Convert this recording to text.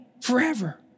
forever